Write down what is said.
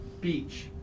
beach